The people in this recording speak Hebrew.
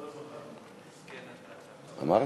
אמרתי.